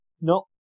no